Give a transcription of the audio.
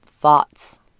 thoughts